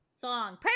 song